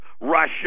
Russia